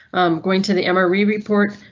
going to the emory report.